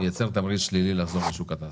מייצר תמריץ שלילי לחזור לשוק התעסוקה.